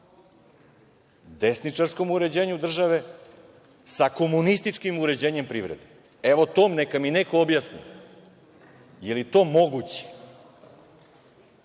desničarskom uređenju države sa komunističkim uređenjem privrede. Evo, to neka mi neko objasni. Je li to moguće?